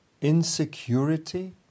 Insecurity